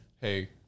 hey